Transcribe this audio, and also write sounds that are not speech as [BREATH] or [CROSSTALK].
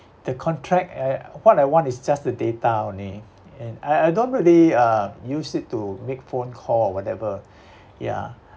the contract eh what I want is just the data only and I I don't really uh use it to make phone call or whatever [BREATH] yeah